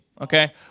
okay